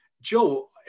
Joe